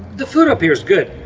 the food up here is good,